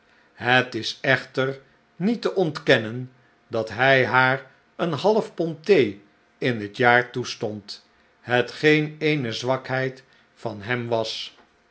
het is echter niet te ontkennen dat hij haar een half pond thee in het jaar toestond hetgeen eene zwakheid van hem was